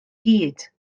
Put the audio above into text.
gyd